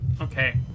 Okay